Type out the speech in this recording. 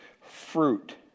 fruit